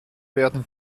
werden